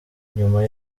nyuma